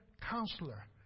counselor